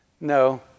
No